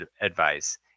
advice